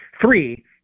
Three